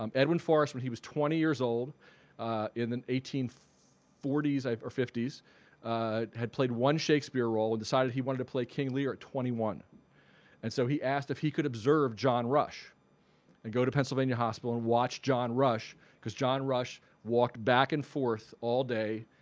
um edwin forrest when he was twenty years old in the eighteen forty s or fifty s had played one shakespeare role and decided he wanted to play king lear at twenty one and so he asked if he could observe john rush and go to pennsylvania hospital and watch john rush because john rush walked back and forth all day,